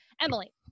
Emily